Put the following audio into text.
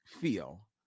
feel